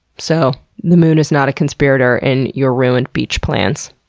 so the moon is not a conspirator in your ruined beach plans.